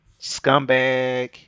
Scumbag